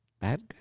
Bad